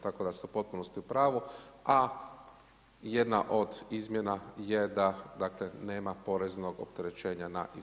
Tako da ste u potpunosti u pravu, a jedna od izmjena je da dakle, nema poreznog opterećenja na izlazu.